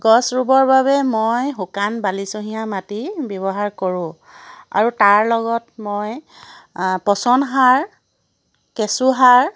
গছ ৰুবৰ বাবে মই শুকান বালিচহীয়া মাটি ব্যৱহাৰ কৰোঁ আৰু তাৰ লগত মই পচন সাৰ কেঁচু সাৰ